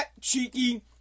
Cheeky